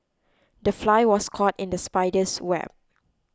the fly was caught in the spider's web